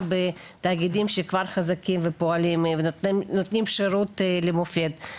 בתאגידים שכבר חזקים ופועלים ונותנים שירות למופת.